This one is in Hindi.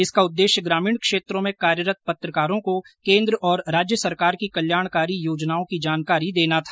इसका उद्देश्य ग्रामीण क्षेत्रों में कार्यरत पत्रकारों को केंद्र और राज्य सरकार की कल्याणकारी योजनाओं की जानकारी देना था